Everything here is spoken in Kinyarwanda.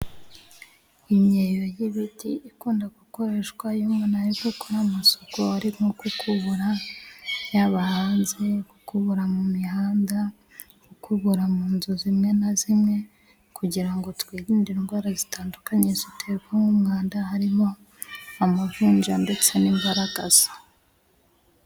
Imyeyo y'ibiti ikunda gukoreshwa iyo umuntu arimo gukora amasuku. Ari nko gukubura yaba hanze, gukura mu mihanda, gukubura mu nzu zimwe na zimwe kugira, ngo twirinde indwara zitandukanye ziterwa n'umwanda, harimo amavunja ndetse n'imbaragasa.